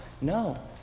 no